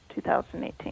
2018